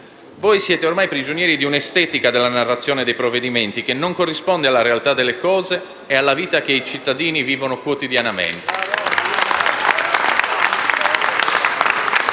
Voi siete ormai prigionieri di un'estetica della narrazione dei provvedimenti che non corrisponde alla realtà delle cose e alla vita che i cittadini vivono quotidianamente.